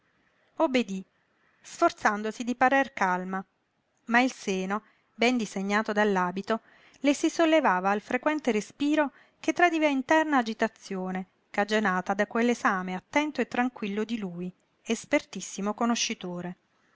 obbedí sforzandosi di parer calma ma il seno ben disegnato dall'abito le si sollevava al frequente respiro che tradiva interna agitazione cagionata da quell'esame attento e tranquillo di lui espertissimo conoscitore